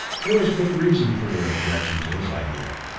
there was good reason for their objection to his idea.